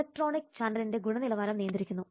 electronic ചാനലിന്റെ ഗുണനിലവാരം നിയന്ത്രിക്കുന്നു